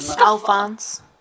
Alphonse